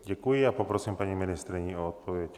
Děkuji a poprosím paní ministryni o odpověď.